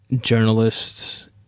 journalists